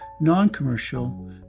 Non-Commercial